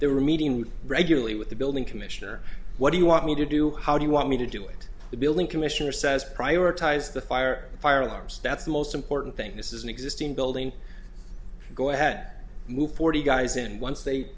they were meeting with regularly with the building commissioner what do you want me to do how do you want me to do it the building commissioner says prioritize the fire the fire alarms that's the most important thing this is an existing building go ahead move forty guys and once they